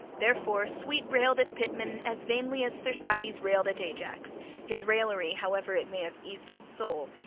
therefore, sweet railed at pitman as vainly as thersites railed at ajax his raillery, however it may have eased his soul,